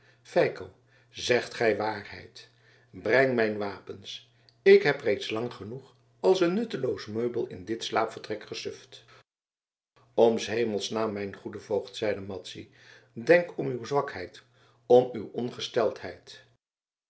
feiko zegt gij waarheid breng mijn wapens ik heb reeds lang genoeg als een nutteloos meubel in dit slaapvertrek gesuft om s hemels naam mijn goede voogd zeide madzy denk om uw zwakheid om uw